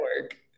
work